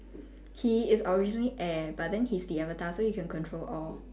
he is originally air but then he's the avatar so he can control all